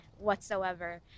whatsoever